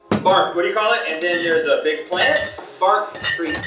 bark. what do you call it? and then there's a big plant? bark. tree.